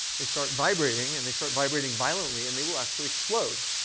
they start vibrating, and they start vibrating violently, and they will actually explode.